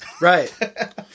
Right